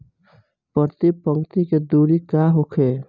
प्रति पंक्ति के दूरी का होखे?